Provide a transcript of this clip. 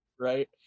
Right